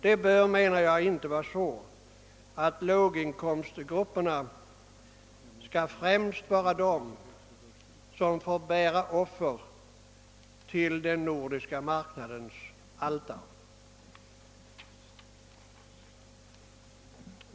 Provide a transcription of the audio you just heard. Det bör, menar jag, inte bli så att låginkomstgrupperna blir de som främst får bära offer till den nordiska marknadens altare.